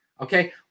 Okay